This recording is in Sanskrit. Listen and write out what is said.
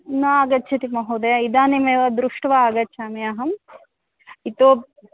न आगच्छति महोदय इदानीमेव दृष्ट्वा आगच्छामि अहं यतो